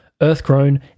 Earthgrown